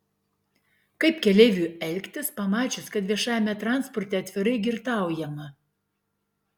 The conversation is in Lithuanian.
kaip keleiviui elgtis pamačius kad viešajame transporte atvirai girtaujama